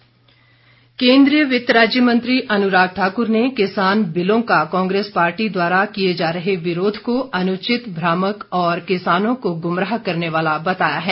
अनुराग ठाकुर केन्द्रीय वित्त राज्य मंत्री अनुराग ठाकुर ने किसान बिलों का कांग्रेस पार्टी द्वारा किए जा रहे विरोध को अनुचित भ्रामक और किसानों को गुमराह करने वाला बताया है